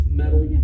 metal